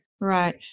Right